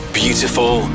beautiful